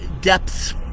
depths